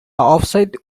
offside